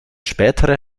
spätere